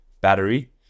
battery